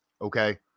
okay